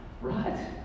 Right